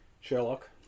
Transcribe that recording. Sherlock